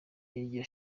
iryo